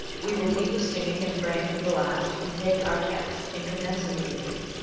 we will leave the singing and praying for the last, and take our text, and commence immediately.